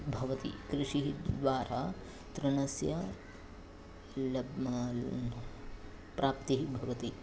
भवति कृषिः द्वारा तृणस्य लाभः प्राप्तिः भवति